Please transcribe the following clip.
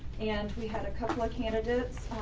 and we had a couple of candidates.